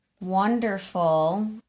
wonderful